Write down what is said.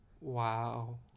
Wow